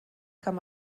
kann